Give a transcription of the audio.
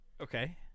Okay